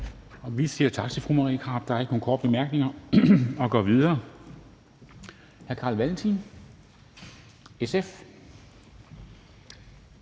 Vi siger tak til fru Marie Krarup. Der er ikke nogen korte bemærkninger, og så går vi videre til hr. Carl Valentin, SF.